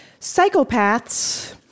Psychopaths